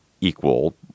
equal